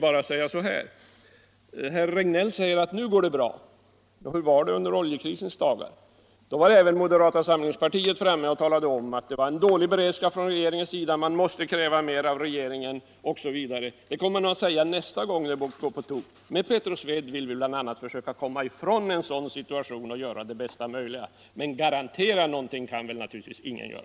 Herr Regnéll säger att nu går det bra. Men hur var det under oljekrisens dagar? Då var även moderata samlingspartiet framme och talade om att det var en dålig beredskap från regeringens sida, att man måste kräva mer av regeringen osv. Det kommer man att säga också nästa gång det går på tok. Med Petroswede vill vi bl.a. försöka komma ifrån en sådan situation och göra det bästa möjliga, men garantera någonting kan naturligtvis ingen göra.